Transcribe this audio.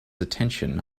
attention